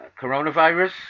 coronavirus